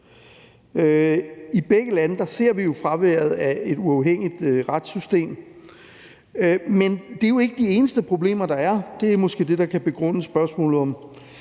I begge lande ser vi fraværet af et uafhængigt retssystem, men det er jo ikke de eneste problemer, der er. Det er måske det, der kan begrunde spørgsmålet om